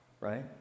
Right